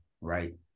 Right